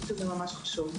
זה ממש חשוב.